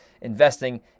investing